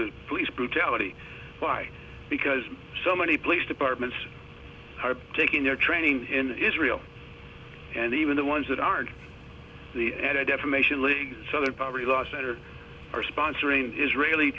the police brutality by because so many police departments are taking your training in israel and even the ones that aren't the added defamation league southern poverty law center are sponsoring israeli